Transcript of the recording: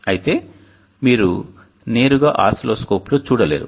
అయితే మీరు నేరుగా ఆస్సిల్లోస్కోప్లో చూడలేరు